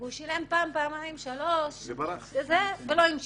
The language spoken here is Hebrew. והוא שילם פעם, פעמיים, שלוש, ולא המשיך.